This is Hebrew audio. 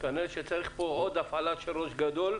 כנראה שצריך פה הפעלה של ראש גדול,